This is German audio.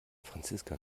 franziska